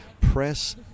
press